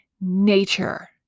nature